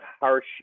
harsh